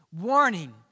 Warning